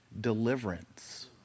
deliverance